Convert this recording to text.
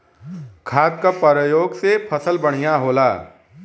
खाद क परयोग से फसल बढ़िया होला